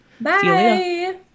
bye